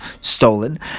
stolen